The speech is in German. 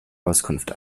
auskunft